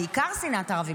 בעיקר שנאת ערבים.